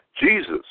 Jesus